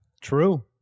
True